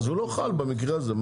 אז הוא לא חל במקרה הזה.